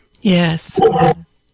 Yes